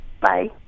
Bye